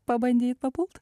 pabandyt papult